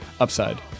Upside